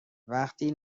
وقتی